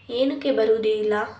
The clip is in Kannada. ಏನಕ್ಕೆ ಬರುವುದಿಲ್ಲ